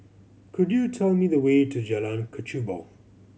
could you tell me the way to Jalan Kechubong